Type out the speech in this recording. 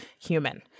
human